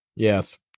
Yes